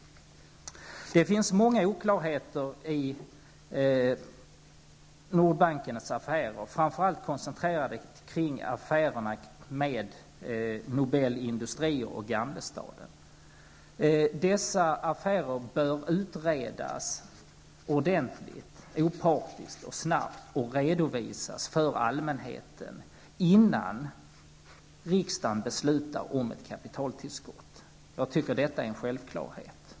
Det finns många oklarheter i Nordbankens affärer, framför allt koncentrerade kring affärerna med Nobel Industrier AB och Gamlestaden AB. Dessa affärer bör utredas ordentligt, opartiskt och snabbt och redovisas för allmänheten, innan riksdagen beslutar om ett kapitaltillskott. Jag tycker att detta är en självklarhet.